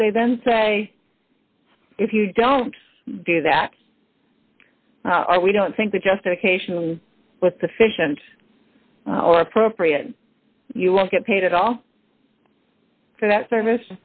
could they then say if you don't do that or we don't think that justification with the fish and or appropriate you won't get paid at all for that service